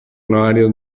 onorario